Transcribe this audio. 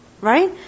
Right